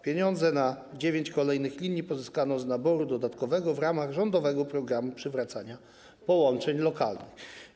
Pieniądze na dziewięć kolejnych linii pozyskano z naboru dodatkowego w ramach rządowego programu przywracania połączeń lokalnych.